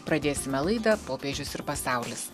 pradėsime laidą popiežius ir pasaulis